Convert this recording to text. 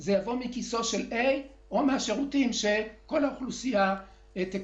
זה יבוא מכיסו של מישהו אחר או על חשבון השירותים שכל האוכלוסייה תקבל.